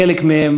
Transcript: חלק מהם,